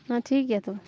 ᱦᱮᱸ ᱴᱷᱤᱠ ᱜᱮᱭᱟ ᱛᱚᱵᱮ